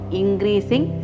increasing